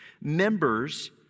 members